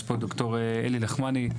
יש פה ד"ר אלי נחמני.